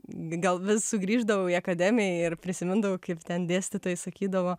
gal vis sugrįždavau į akademiją ir prisimindavau kaip ten dėstytojai sakydavo